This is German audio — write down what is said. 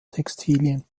textilien